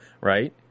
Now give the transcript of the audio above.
right